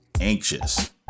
anxious